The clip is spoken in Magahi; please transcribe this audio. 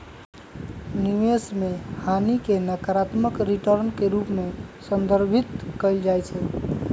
निवेश में हानि के नकारात्मक रिटर्न के रूप में संदर्भित कएल जाइ छइ